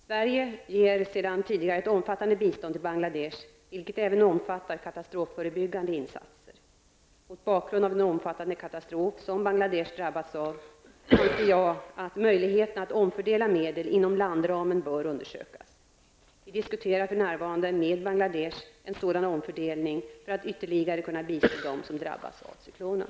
Sverige ger sedan tidigare ett omfattande bistånd till Bangladesh vilket även omfattar katastrofförebyggande insatser. Mot bakgrund av den omfattande katastrof som Bangladesh drabbats av anser jag att möjligheten att omfördela medel inom landramen bör undersökas. Vi diskuterar för närvarande med Bangladesh en sådan omfördelning för att ytterligare kunna bistå dem som drabbats av cyklonen.